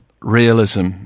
realism